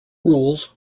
rules